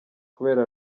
kubera